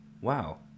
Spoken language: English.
wow